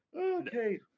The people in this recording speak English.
Okay